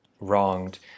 wronged